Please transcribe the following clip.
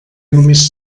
només